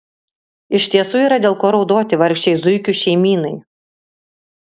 iš tiesų yra dėl ko raudoti vargšei zuikių šeimynai